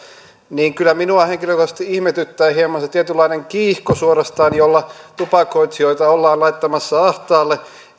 kyllä minua henkilökohtaisesti ihmetyttää hieman se tietynlainen kiihko suorastaan jolla tupakoitsijoita ollaan laittamassa ahtaalle